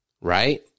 Right